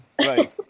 right